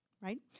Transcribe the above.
right